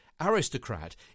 aristocrat